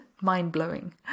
mind-blowing